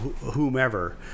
whomever